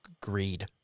greed